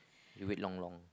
you wait long long